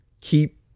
keep